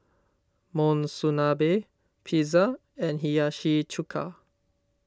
Monsunabe Pizza and Hiyashi Chuka